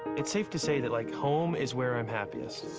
it's safe to say that, like, home is where i'm happiest.